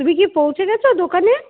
তুমি কি পৌঁছে গেছ দোকানে